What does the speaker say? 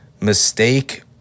mistake